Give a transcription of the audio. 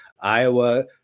Iowa